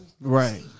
Right